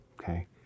okay